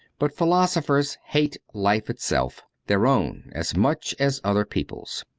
but philo sophers hate life itself, their own as much as other people's.